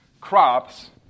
crops